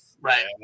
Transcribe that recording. right